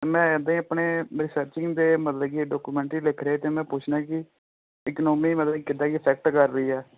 ਮੈਂ ਬਈ ਆਪਣੇ ਰਿਸਰਚਿੰਗ ਦੇ ਮਤਲਬ ਕਿ ਡਾਕੂਮੈਂਟਰੀ ਲਿਖ ਰਿਹਾ ਅਤੇ ਮੈਂ ਪੁੱਛਣਾ ਕਿ ਇਕਨੋਮੀ ਮਤਲਬ ਕਿੱਦਾਂ ਇਫੈਕਟ ਕਰ ਰਹੀ ਹੈ